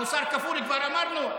מוסר כפול, כבר אמרנו.